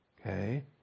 Okay